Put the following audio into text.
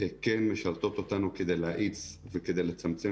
כן משרתות אותנו כדי להאיץ וכדי לצמצם